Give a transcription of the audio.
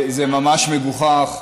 זה ממש מגוחך.